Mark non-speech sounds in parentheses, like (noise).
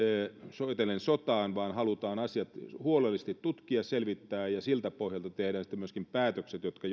soitellen sotaan vaan halutaan asiat huolellisesti tutkia selvittää ja siltä pohjalta tehdään sitten päätökset jotka (unintelligible)